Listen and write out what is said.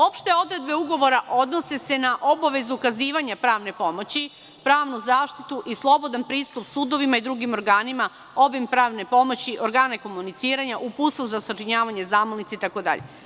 Opšte odredbe Ugovora odnose se na obavezu ukazivanja pravne pomoći, pravni zaštitu i slobodan pristup sudovima i drugim organima, obim pravne pomoći, organe komuniciranja, uputstvo za sačinjavanje zamolnica itd.